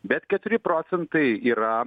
bet keturi procentai yra